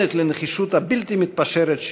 מצוינת לנחישות הבלתי-מתפשרת שלו: